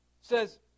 says